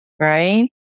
right